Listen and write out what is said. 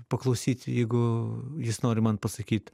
paklausyt jeigu jis nori man pasakyt